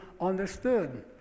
understood